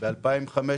ב-2015,